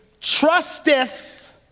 trusteth